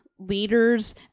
leaders